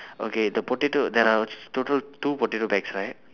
okay the potato there are total two potato bags right